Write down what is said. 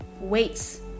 weights